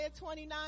29